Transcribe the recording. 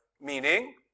Meaning